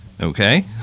Okay